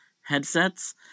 headsets